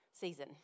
season